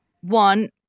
One